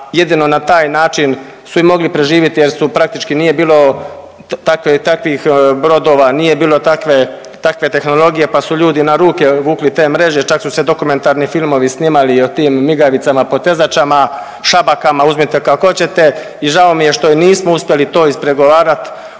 jedino na taj način su i mogli preživjeti jer praktički nije bilo takvih brodova, nije bilo takve tehnologije pa su ljudi na ruke vukli te mreže. Čak su se dokumentarni filmovi snimali i o tim migavicama potezačama, šabakama, uzmite kako hoćete. I žao mi je što nismo uspjeli to ispregovarati